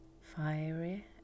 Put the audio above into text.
fiery